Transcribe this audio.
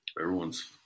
Everyone's